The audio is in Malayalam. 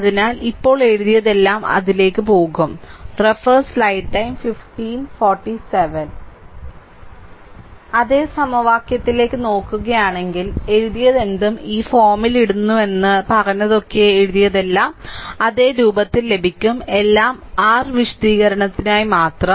അതിനാൽ ഇപ്പോൾ എഴുതിയതെല്ലാം അതിലേക്ക് പോകും അതേ സമവാക്യത്തിലേക്ക് നോക്കുകയാണെങ്കിൽ എഴുതിയതെന്തും ഈ ഫോമിൽ ഇടുന്നുവെന്ന് പറഞ്ഞതൊക്കെ എഴുതിയതെല്ലാം അതേ രൂപത്തിൽ ലഭിക്കും എല്ലാം r വിശദീകരണത്തിനായി മാത്രം